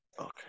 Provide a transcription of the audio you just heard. Okay